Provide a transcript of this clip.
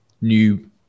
new